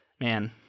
Man